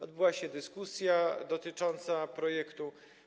Odbyła się dyskusja dotycząca projektu.